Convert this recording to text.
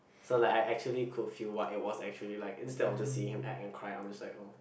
so like I actually could feel what it was actually like instead of just seeing him act and cry I'm just like oh